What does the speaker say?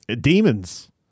Demons